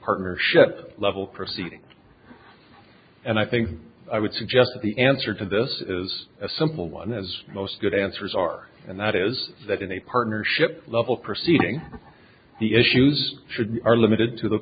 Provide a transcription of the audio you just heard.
partnership level proceeding and i think i would suggest that the answer to this is a simple one as most good answers are and that is that in a partnership level proceeding the issues should are limited to the